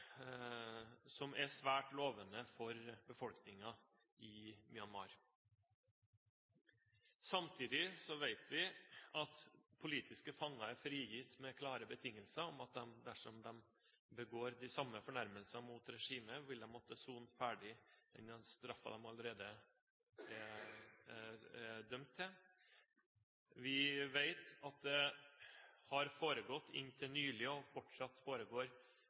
er svært lovende for befolkningen i Myanmar. Samtidig vet vi at politiske fanger er frigitt med klare betingelser om at de, dersom de begår de samme fornærmelser mot regimet, vil måtte sone ferdig den straffen de allerede er dømt til. Vi vet at det inntil nylig har foregått og fortsatt foregår